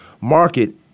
market